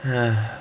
哎